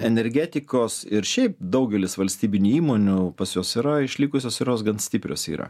energetikos ir šiaip daugelis valstybinių įmonių pas juos yra išlikusios ir jos gan stiprios yra